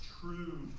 true